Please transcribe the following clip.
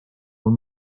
mul